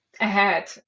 ahead